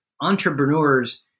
Entrepreneurs